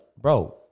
bro